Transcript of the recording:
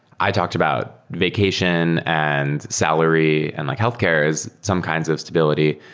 i talked about vacation and salary and like healthcare is some kinds of stability.